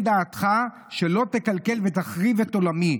תן דעתך שלא תקלקל ותחריב את עולמי,